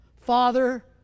Father